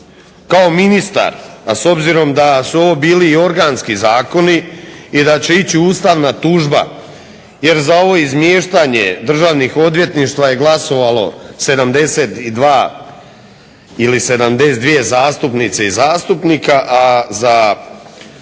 kao ministar, a s obzirom da su ovo bili i organski zakoni i da će ići ustavna tužba jer za ovo izmiještanje državnih odvjetništava je glasovalo 72 ili 72 zastupnice i zastupnika, a za